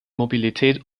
mobilität